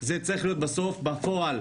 זה צריך להיות בסוף בפועל,